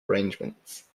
arrangements